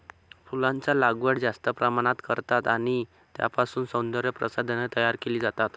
फुलांचा लागवड जास्त प्रमाणात करतात आणि त्यांच्यापासून सौंदर्य प्रसाधने तयार केली जातात